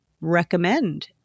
recommend